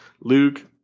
Luke